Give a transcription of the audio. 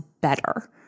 better